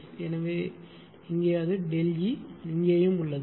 எனவே இங்கே அது ΔE இங்கேயும் உள்ளது